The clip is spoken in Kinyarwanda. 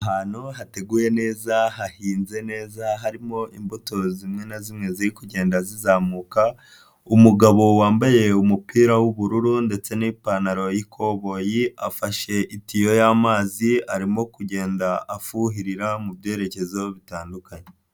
Ahantu hateguye neza, hahinze neza. Harimo imbuto zimwe na zimwe ziri kugenda zizamuka. Umugabo wambaye umupira w'ubururu ndetse n'ipantaro y'ikoboyi. Afashe itiyo y'amazi arimo kugenda afuhirira mu byerekezo bitandukanye.